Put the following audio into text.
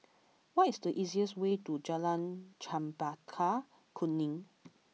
what is the easiest way to Jalan Chempaka Kuning